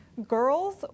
Girls